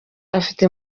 afite